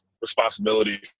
responsibility